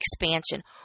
expansion